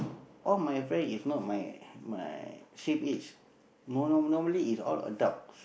all my friend is not my my same age no no normally is all adults